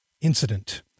incident